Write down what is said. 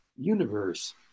universe